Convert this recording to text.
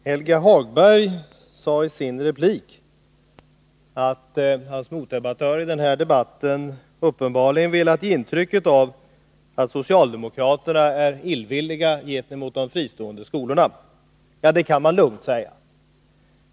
Herr talman! Helge Hagberg sade i sin replik att hans motdebattörer i denna debatt uppenbarligen velat ge intryck av att socialdemokraterna är illvilliga gentemot de fristående skolorna. Ja, det kan man lugnt säga!